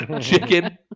chicken